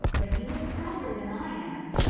but he was stronger than i am.